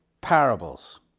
parables